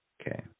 Okay